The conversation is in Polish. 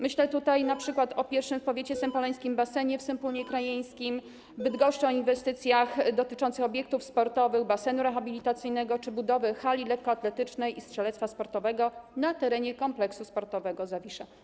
Myślę tutaj np. o pierwszym w powiecie sępoleńskim basenie w Sępólnie Krajeńskim, o inwestycjach dotyczących obiektów sportowych w Bydgoszczy: basenu rehabilitacyjnego czy budowy hali lekkoatletycznej i strzelectwa sportowego na terenie Kompleksu Sportowego Zawisza.